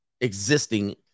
existing